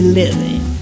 living